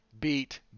Beat